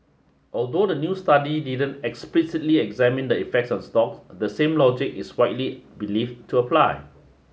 although the new study didn't explicitly examine the effect on stocks the same logic is widely believed to apply